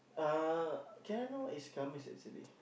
uh can I know what is come is actually